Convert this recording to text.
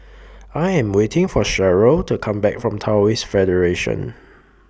I Am waiting For Cheryll to Come Back from Taoist Federation